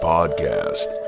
Podcast